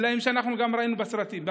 דברים שראינו בסרטים.